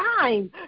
time